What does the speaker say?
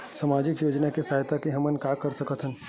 सामजिक योजना के सहायता से हमन का का कर सकत हन?